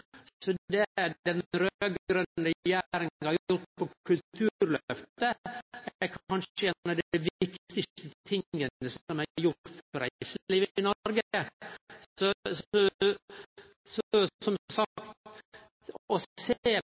Så det den raud-grøne regjeringa har gjort når det gjeld Kulturløftet, er kanskje noko av det viktigaste som er gjort for reiselivet i Noreg. Så, som sagt: Å